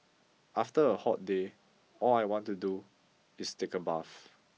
after a hot day all I want to do is take a bath